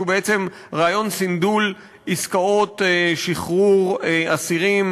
שהוא רעיון סנדול עסקאות שחרור אסירים